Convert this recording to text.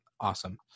awesome